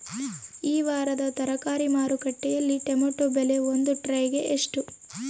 ಈ ವಾರದ ತರಕಾರಿ ಮಾರುಕಟ್ಟೆಯಲ್ಲಿ ಟೊಮೆಟೊ ಬೆಲೆ ಒಂದು ಟ್ರೈ ಗೆ ಎಷ್ಟು?